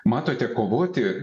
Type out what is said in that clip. matote kovoti